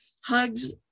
Hugs